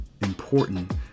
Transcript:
important